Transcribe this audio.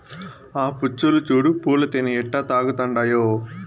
ఆ పచ్చులు చూడు పూల తేనె ఎట్టా తాగతండాయో